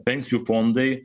pensijų fondai